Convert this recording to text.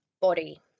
body